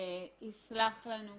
יסלח לנו.